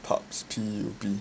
pubs P U B